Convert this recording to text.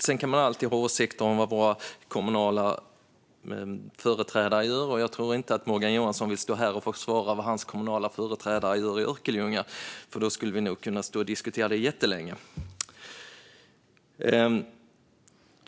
Sedan kan man alltid ha åsikter om vad våra kommunala företrädare gör, och jag tror inte att Morgan Johansson vill stå här och försvara vad hans kommunala företrädare gör i Örkelljunga, för då skulle vi nog kunna stå och diskutera det jättelänge.